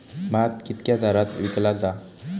भात कित्क्या दरात विकला जा?